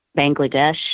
Bangladesh